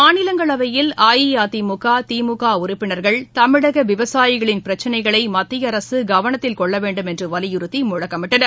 மாநிலங்களவையில் அஇஅதிமுக திமுகஉறுப்பினர்கள் தமிழகவிவசாயிகளின் பிரச்சினைகளைமத்திய அரசுகவனத்தில் கொள்ளவேண்டும் என்றுவலியுறுத்திமுழக்கமிட்டனர்